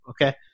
Okay